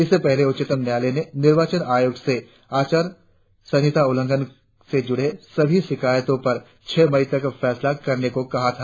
इससे पहले उच्चतम न्यायालय ने निर्वाचन आयोग से आचार संहिता उल्लंघन से जुड़ी सभी शिकायतों पर छह मई तक फैसला करने को कहा था